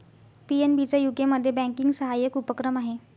PNB चा यूकेमध्ये banking सहाय्यक उपक्रम आहे